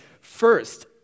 First